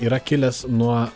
yra kilęs nuo